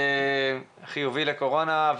חיובי לקורונה,